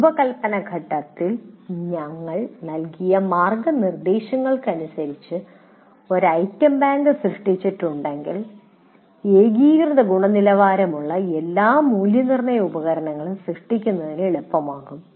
രൂപകൽപ്പനഘട്ടത്തിൽ ഞങ്ങൾ നൽകിയ മാർഗ്ഗനിർദ്ദേശങ്ങൾക്കനുസൃതമായി ഒരു ഐറ്റംബാങ്ക് സൃഷ്ടിച്ചിട്ടുണ്ടെങ്കിൽ ഏകീകൃത ഗുണനിലവാരമുള്ള എല്ലാ മൂല്യനിർണ്ണയ ഉപകരണങ്ങളും സൃഷ്ടിക്കുന്നത് എളുപ്പമാകും